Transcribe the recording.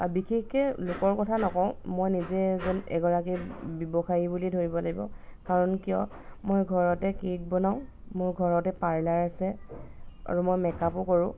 বিশেষকৈ লোকৰ কথা নকওঁ মই নিজে এজন এগৰাকী ব্যৱসায়ী বুলি ধৰিব লাগিব কাৰণ কিয় মই ঘৰতে কেক বনাওঁ মোৰ ঘৰতে পাৰ্লাৰ আছে আৰু মই মেকআপো কৰোঁ